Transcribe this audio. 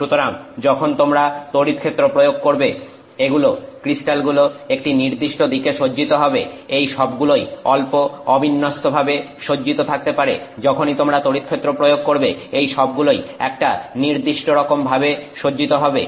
সুতরাং যখন তোমরা তড়িৎক্ষেত্র প্রয়োগ করবে এগুলো ক্রিস্টালগুলো একটি নির্দিষ্ট দিকে সজ্জিত হবে এই সবগুলোই অল্প অবিন্যস্তভাবে সজ্জিত থাকতে পারে যখনই তোমরা তড়িৎক্ষেত্র প্রয়োগ করবে এই সবগুলোই একটা নির্দিষ্টরকম ভাবে সজ্জিত হবে